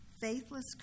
faithless